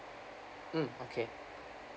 mm okay